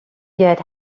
get